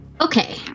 Okay